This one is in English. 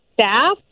staff